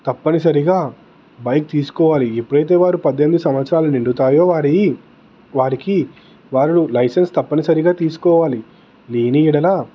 తప్పనిసరిగా బైక్ తీసుకోవాలి ఎప్పుడైతే వారు పద్దెనిమిది సంవత్సరాలు నిండుతాయో వారి వారికి వారు లైసెన్స్ తప్పనిసరిగా తీసుకోవాలి లేనియెడల